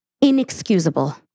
inexcusable